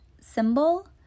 symbol